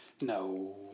No